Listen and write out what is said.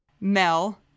Mel